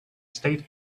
state